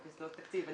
חוק יסודות התקציב,